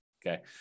Okay